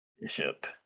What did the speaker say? Bishop